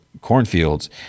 cornfields